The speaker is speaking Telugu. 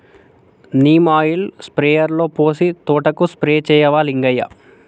నీమ్ ఆయిల్ స్ప్రేయర్లో పోసి తోటకు స్ప్రే చేయవా లింగయ్య